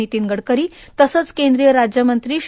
नितीन गडकरी तसंच केंद्रीय राज्यमंत्री श्री